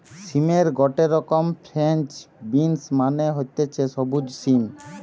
সিমের গটে রকম ফ্রেঞ্চ বিনস মানে হতিছে সবুজ সিম